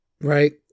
Right